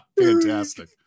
fantastic